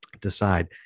decide